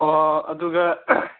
ꯑꯣ ꯑꯗꯨꯒ